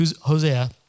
Hosea